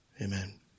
Amen